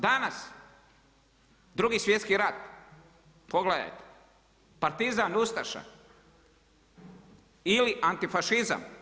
Drugi svjetski rat, pogledajte partizan, ustaša ili antifašizam.